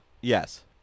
Yes